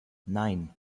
nein